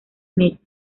smith